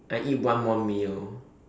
I eat one more meal